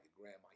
grandma